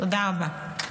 תודה רבה.